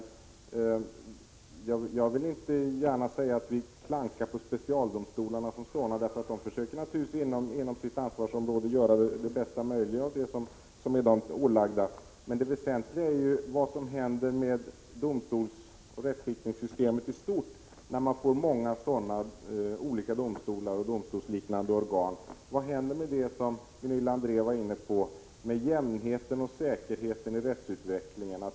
1985/86:141 vill inte gärna säga att vi klankar på specialdomstolarna som sådana, för de 14 maj 1986 försöker naturligtvis inom sitt ansvarsområde göra det bästa möjliga av det som är dem ålagt. Men det väsentliga är vad som händer med rättskipningssystemet i stort när vi får många sådana olika domstolar och domstolsliknande organ. Vad händer med det som Gunilla André var inne på: jämnheten och säkerheten i rättsutvecklingen?